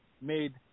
made